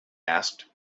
asked